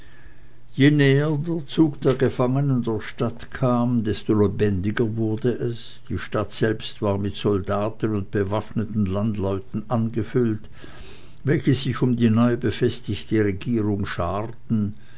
zug der gefangenen der stadt kam desto lebendiger wurde es die stadt selbst war mit soldaten und bewaffneten landleuten angefüllt welche sich um die neu befestigte regierung scharten